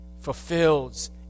fulfills